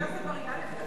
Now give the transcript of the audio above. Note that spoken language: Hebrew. הכנסת, לזה, אדוני.